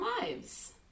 lives